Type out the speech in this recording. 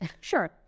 Sure